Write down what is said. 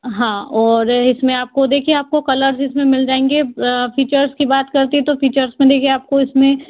हाँ और इसमें आपको देखिए आपको कलर इसमें मिल जाएंगे फीचर्स की बात करती तो फीचर्स मिलेगी आपको इसमें